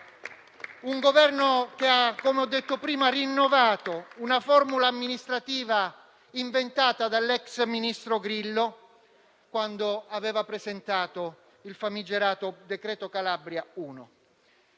un Governo che, come ho detto prima, ha rinnovato una formula amministrativa inventata dall'ex ministro Grillo, quando ha presentato il famigerato primo decreto Calabria.